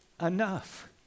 enough